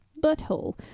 butthole